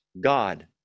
God